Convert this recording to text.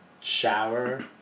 shower